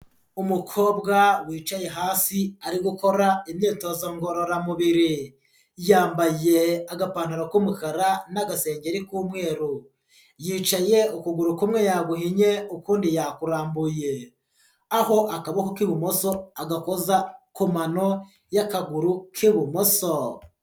Umukobwa wicaye hasi ari gukora imyitozo ngororamubiri, yambaye agapantaro k'umukara n'agasengeri k'umweru, yicaye ukuguru kumwe yaguhinnye ukundi yakurambuye, aho akaboko k'ibumoso agakoza ku mano y'akaguru k'ibumoso.